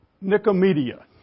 Nicomedia